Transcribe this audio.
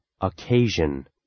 Occasion